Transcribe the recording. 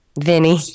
Vinny